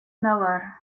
miller